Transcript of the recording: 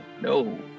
No